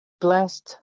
blessed